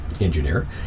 engineer